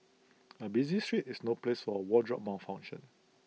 A busy street is no place for A wardrobe malfunction